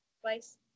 twice